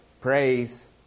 Praise